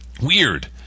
weird